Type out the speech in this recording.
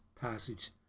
passage